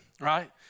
right